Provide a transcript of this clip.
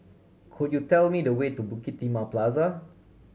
could you tell me the way to Bukit Timah Plaza